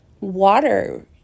water